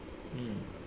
mm